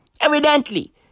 evidently